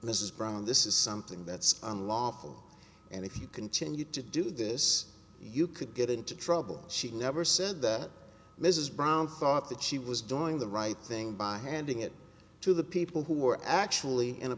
this is brown this is something that's unlawful and if you continue to do this you could get into trouble she never said that mrs brown thought that she was doing the right thing by handing it to the people who are actually in a